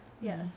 yes